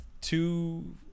two